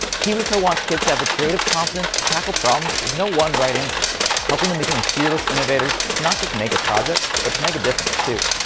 kiwico wants kids to have the creative confidence to tackle problems with no one right answer helping them become fearless innovators to not just make a project but to make a difference too.